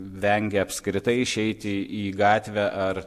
vengia apskritai išeiti į gatvę ar